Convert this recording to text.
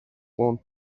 want